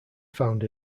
found